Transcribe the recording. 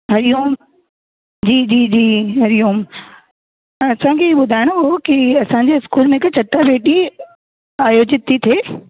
हरिओम जी जी जी हरिओम असांखे इहो ॿुधाइणो हो की असांजे स्कूल में हिकु चटीभेटी आयोजित थी थिए